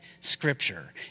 scripture